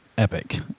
epic